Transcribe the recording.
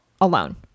alone